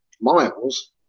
miles